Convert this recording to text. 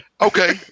Okay